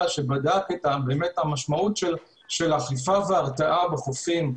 שבדק את המשמעות של אכיפה והרתעה בחופים,